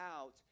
out